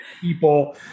people